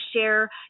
share